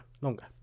longer